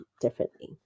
differently